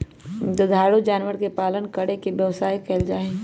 दुधारू जानवर के पालन करके व्यवसाय कइल जाहई